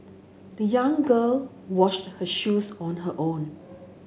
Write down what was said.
the young girl washed her shoes on her own